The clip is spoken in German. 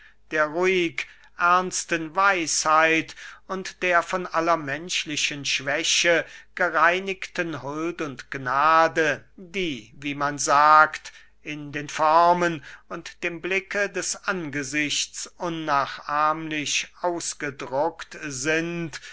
der ruhigernsten weisheit und der von aller menschlichen schwäche gereinigten huld und gnade die wie man sagt in den formen und dem blicke des angesichts unnachahmlich ausgedruckt sind